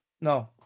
no